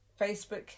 facebook